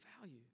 value